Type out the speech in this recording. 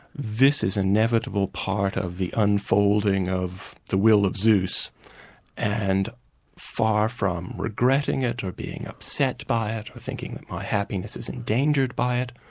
this is an inevitable part of the unfolding of the will of zeus and far from regretting it or being upset by it, or thinking my happiness is endangered by it,